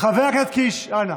חבר הכנסת קיש, אנא.